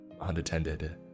unattended